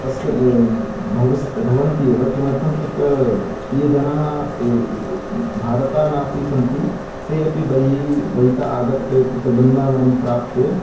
पस् भविस् भवन्ति एव किमर्थं तत्र ये जनाः ये भारतानापि सन्ति ते अपि बहिः बहिः तः आगत्य तत्र वृन्दावनं प्राप्य